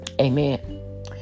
amen